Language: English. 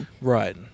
Right